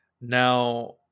Now